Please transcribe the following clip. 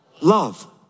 Love